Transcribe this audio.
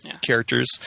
characters